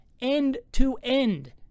end-to-end